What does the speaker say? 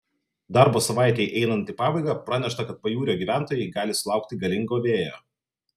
darbo savaitei einant į pabaigą pranešta kad pajūrio gyventojai gali sulaukti galingo vėjo